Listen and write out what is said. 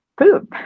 food